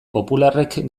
popularrek